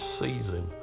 season